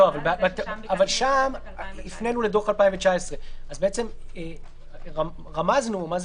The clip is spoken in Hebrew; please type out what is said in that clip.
אבל אנחנו עוסקים עכשיו בחדלות פירעון עם חוק